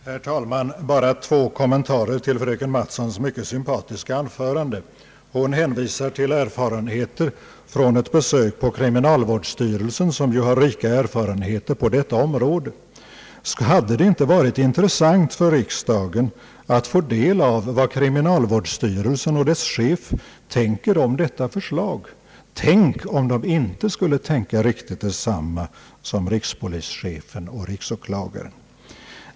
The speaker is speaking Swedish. Herr talman! Jag vill bara göra två kommentarer till fröken Mattsons mycket sympatiska anförande. Hon hänvisar till erfarenheter från ett besök på en konferens hos kriminalvårdsstyrelsen som ju har rika erfarenheter på detta område. Hade det icke varit intressant för riksdagen att få del av vad kriminalvårdsstyrelsen och dess chef tänker om detta förslag? Tänk om de inte skulle tänka riktigt detsamma som rikspolischefen och riksåklagaren!